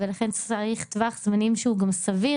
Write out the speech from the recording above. ולכן צריך טווח זמנים שהוא גם סביר,